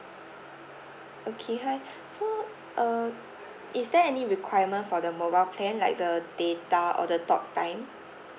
okay hi so uh is there any requirement for the mobile plan like the data or the talk time